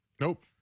Nope